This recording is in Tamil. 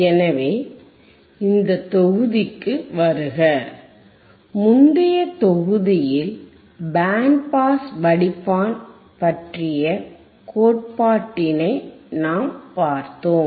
எனவே இந்த தொகுதிக்கு வருக முந்தைய தொகுதியில் பேண்ட் பாஸ் வடிப்பான் பற்றிய கோட்பாட்டினை நாம் பார்த்தோம்